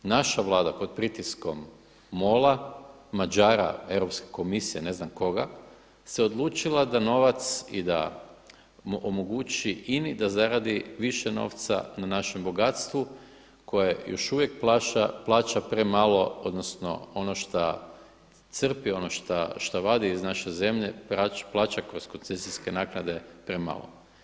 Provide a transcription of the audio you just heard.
Naša Vlada pod pritiskom MOL-a, Mađara, Europske komisije, ne znam koga se odlučila da novac i da omogući INA-i da zaradi više novca na našem bogatstvu koje još uvijek plaća premalo odnosno ono šta crpi šta vadi iz naše zemlje plaća kroz koncesijske naknade premalo.